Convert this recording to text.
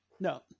no